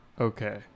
Okay